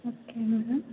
okay ma'am